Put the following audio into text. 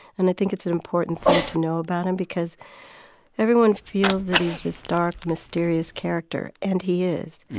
and i think it's an important thing to know about him because everyone feels that he's this dark, mysterious character. and he is.